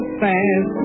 fast